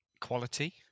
quality